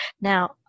Now